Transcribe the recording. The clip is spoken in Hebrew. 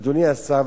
אדוני השר,